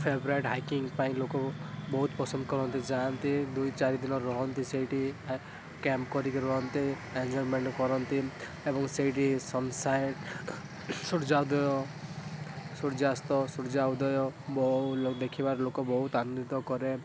favourite hiking ପାଇଁ ଲୋକ ବହୁତ ପସନ୍ଦ କରନ୍ତି ଯାଆନ୍ତି ଦୁଇ ଚାରିଦିନ ରହନ୍ତି ସେଇଠି କ୍ୟାମ୍ପ୍ କରିକି ରହନ୍ତି ଏନ୍ଜୟମେଣ୍ଟ କରନ୍ତି ଏବଂ ସେଇଠି ସନ୍ସାଇନ୍ ସୂର୍ଯ୍ୟୋଦୟ ସୂର୍ଯ୍ୟାସ୍ତ ସୂର୍ଯ୍ୟୋଦୟ ବହୁ ଦେଖିବାର ବହୁତ ଆନିନ୍ଦିତ କରେ